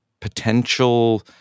potential